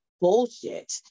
bullshit